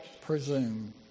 presume